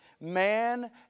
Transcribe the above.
Man